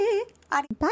Bye